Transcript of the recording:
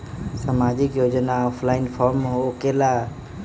समाजिक योजना offline form होकेला?